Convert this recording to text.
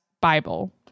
bible